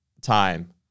time